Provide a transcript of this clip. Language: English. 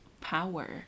power